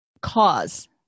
cause